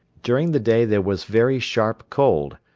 during the day there was very sharp cold.